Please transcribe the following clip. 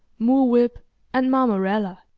moorwhip, and marmarallar.